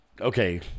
okay